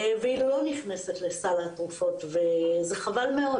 והיא לא נכנסת לסל התרופות, וזה חבל מאוד